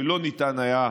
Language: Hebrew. שלא ניתן היה,